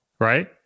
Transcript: Right